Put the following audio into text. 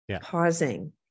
pausing